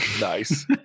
nice